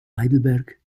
heidelberg